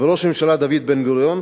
וראש הממשלה דוד בן-גוריון,